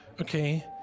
okay